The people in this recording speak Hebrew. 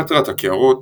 מטרת הקערות